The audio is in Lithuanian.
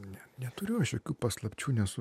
ne neturiu aš jokių paslapčių nesu